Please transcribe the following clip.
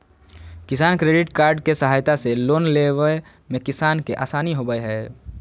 किसान credit card के सहायता से लोन लेवय मे किसान के आसानी होबय हय